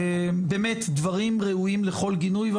באמת דברים ראויים לכל גינוי,